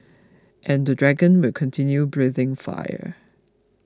and the dragon will continue breathing fire